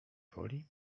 woli